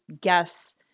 guess